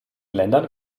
ländern